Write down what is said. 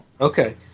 Okay